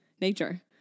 nature